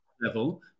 level